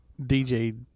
dj